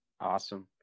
Awesome